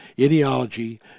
ideology